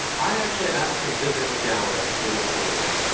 i actually asked to visit mcgowan in the cmu.